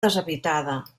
deshabitada